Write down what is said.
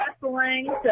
wrestling